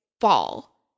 fall